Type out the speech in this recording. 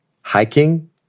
hiking